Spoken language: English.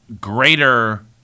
greater